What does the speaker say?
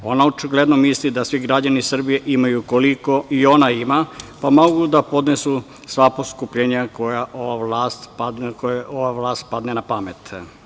Ona očigledno misli da svi građani Srbije imaju koliko i ona ima, pa mogu da podnesu sva poskupljenja koja ovoj vlasti padne na pamet.